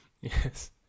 Yes